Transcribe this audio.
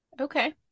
Okay